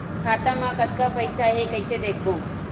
खाता मा कतका पईसा हे कइसे देखबो?